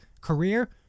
career